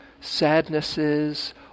sadnesses